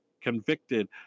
convicted